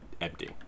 empty